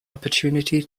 opportunity